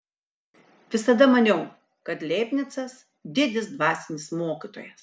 visada maniau kad leibnicas didis dvasinis mokytojas